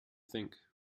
think